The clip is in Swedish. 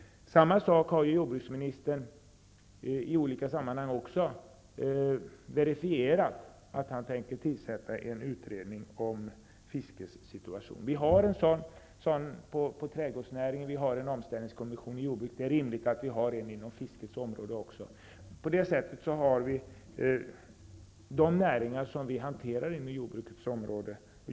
Jordbruksministern har också i olika sammanhang verifierat att han tänker tillsätta en utredning som skall se över fiskets situation. Vi har en utredning som studerar trädgårdsnäringen, och vi har en omställningskommission för jordbruket. Det är rimligt att vi har en utredning också inom fiskets område.